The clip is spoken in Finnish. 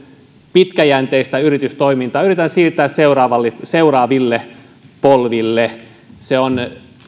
pitkäjänteistä yritystoimintaa yritetään siirtää seuraaville polville on